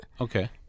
Okay